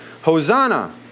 Hosanna